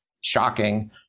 shocking